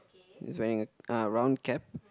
he's wearing a ah round cap